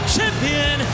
Champion